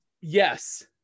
Yes